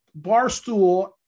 Barstool